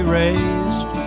raised